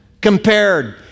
compared